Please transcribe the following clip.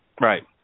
Right